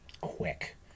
quick